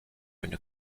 une